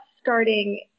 starting